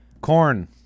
Corn